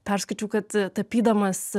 perskaičiau kad tapydamas